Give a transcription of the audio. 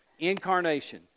Incarnation